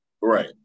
Right